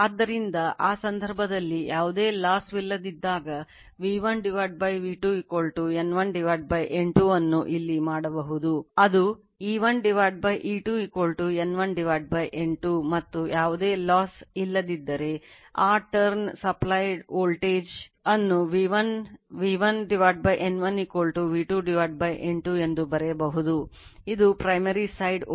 ಆದ್ದರಿಂದ ಯಾವುದೇ losses ಅನುಪಾತವಾಗಿದೆ